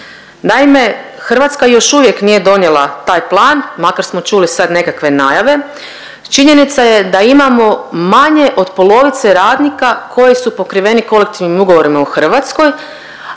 Naime, Hrvatska još uvijek nije donijela taj plan, makar smo čuli sad neke najave, činjenica je da imamo manje od polovice radnika koji su pokriveni kolektivnim ugovorima u Hrvatskoj,